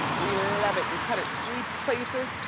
we love it, you cut it three places,